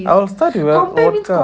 I will start with like a volka